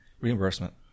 reimbursement